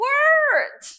Word